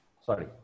sorry